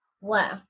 Wow